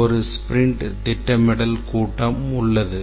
ஒரு ஸ்பிரிண்ட் திட்டமிடல் கூட்டம் உள்ளது